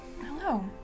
Hello